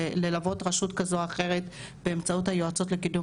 וללוות רשות כזו או אחרת באמצעות היועצות לקידום